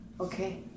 Okay